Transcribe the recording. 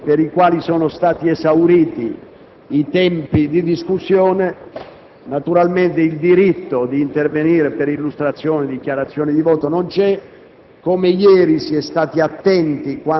Per i Gruppi che hanno esaurito i tempi di discussione naturalmente il diritto ad intervenire per illustrazione o dichiarazione di voto non c'è.